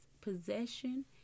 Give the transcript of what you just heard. possession